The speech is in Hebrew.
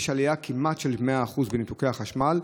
יש עלייה של כמעט 100% בניתוקי החשמל.